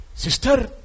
Sister